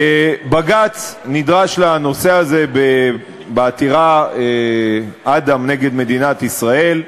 בג"ץ נדרש לנושא הזה בעתירה אדם נגד מדינת ישראל.